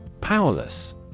Powerless